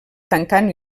tancant